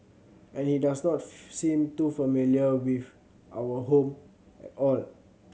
and he does not seem too familiar with our home at all